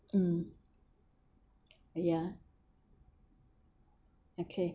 um ya okay